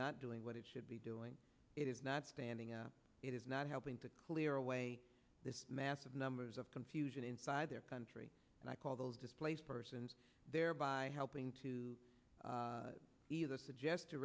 not doing what it should be doing it is not standing up it is not helping to clear away this massive numbers of confusion inside their country and i call those displaced persons there by helping to either suggest